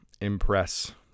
impress